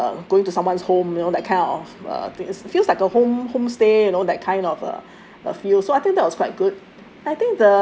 you know like uh going to someone's home you know that kind of uh this feels like a home homestay you know that kind of a a feels so I think that was quite good